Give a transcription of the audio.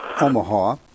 Omaha